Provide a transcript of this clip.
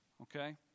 Okay